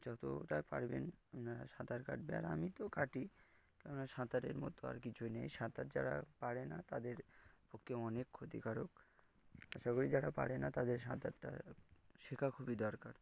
যতটা পারবেন আপনারা সাঁতার কাটবেন আর আমি তো কাটি কেন না সাঁতারের মতো আর কিছুই নেই সাঁতার যারা পারে না তাদের পক্ষে অনেক ক্ষতিকারক আশা করি যারা পারে না তাদের সাঁতারটা শেখা খুবই দরকার